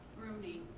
rooney.